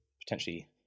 potentially